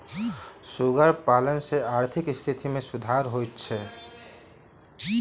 सुगर पालन सॅ आर्थिक स्थिति मे सुधार होइत छै